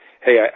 hey